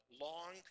long